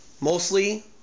Mostly